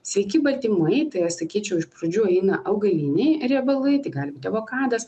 sveiki baltymai tai aš sakyčiau iš pradžių eina augaliniai riebalai tai gali būti avokadas